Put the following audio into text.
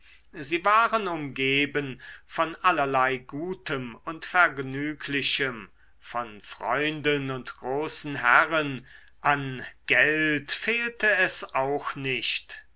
sie waren umgeben von allerlei gutem und vergnüglichem von freunden und großen herren an geld fehlte es auch nicht